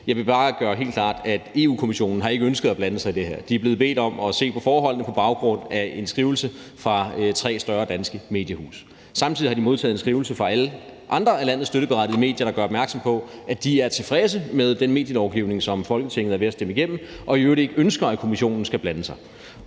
Jeg vil bare gøre det helt klart, at Europa-Kommissionen ikke har ønsket at blande sig i det her. De er blevet bedt om at se på forholdene på baggrund af en skrivelse fra tre større danske mediehuse. Samtidig har de modtaget en skrivelse fra alle de andre af landets støtteberettigede medier, der gør opmærksom på, at de er tilfredse med den medielovgivning, som Folketinget er ved at stemme igennem, og i øvrigt ikke ønsker, at Kommissionen skal blande sig.